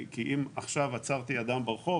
אם עכשיו עצרתי אדם ברחוב